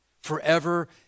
forever